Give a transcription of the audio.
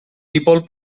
dipol